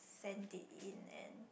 send it in and